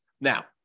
Now